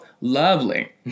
lovely